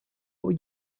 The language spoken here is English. would